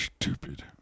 stupid